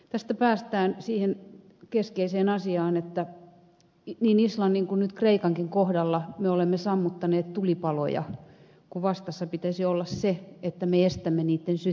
tästä päästään siihen keskeiseen asiaan että niin islannin kuin nyt kreikankin kohdalla me olemme sammuttaneet tulipaloja kun vastassa pitäisi olla se että me estämme niitten syttymistä